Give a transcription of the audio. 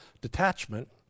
Detachment